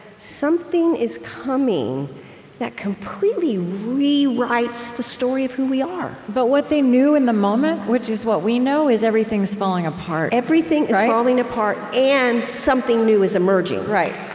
something is coming that completely rewrites the story of who we are but what they knew in the moment, which is what we know, is, everything is falling apart everything is falling apart, and something new is emerging